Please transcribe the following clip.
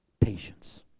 Patience